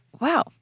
Wow